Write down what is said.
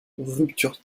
rupture